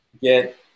get